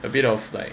a bit of like